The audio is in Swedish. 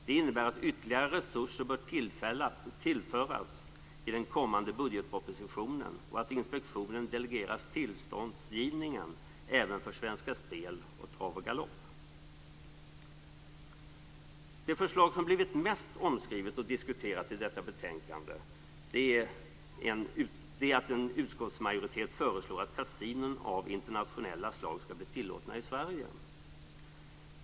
Det innebär att ytterligare resurser bör tillföras i den kommande budgetpropositionen och att inspektionen delegeras tillståndsgivningen även för AB Svenska Spel och Det förslag som blivit mest omskrivet och diskuterat i detta betänkande är det som en utskottsmajoritet föreslår, nämligen att kasinon av internationellt slag skall bli tillåtna i Sverige.